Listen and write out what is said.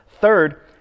Third